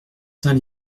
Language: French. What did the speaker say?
saint